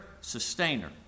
sustainer